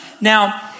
Now